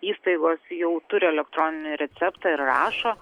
įstaigos jau turi elektroninį receptą ir rašo